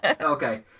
Okay